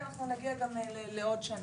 בכיתה י' ועוד רגע אנחנו נגיע גם לעוד שנה.